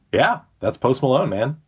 yeah, that's possible. oh, man.